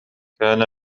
كان